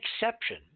exception